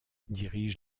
dirige